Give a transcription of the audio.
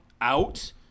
out